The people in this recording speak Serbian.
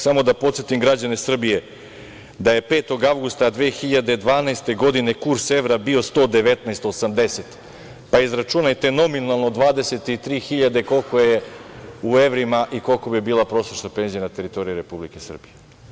Samo da podsetim građane Srbije da je 5. avgusta 2012. godine kurs evra bio 119,80, pa izračunajte nominalno 23.000 koliko je u evrima i koliko bi bila prosečna penzija na teritoriji Republike Srbije.